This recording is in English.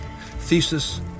thesis